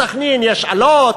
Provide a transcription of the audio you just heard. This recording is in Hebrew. בסח'נין יש אלות,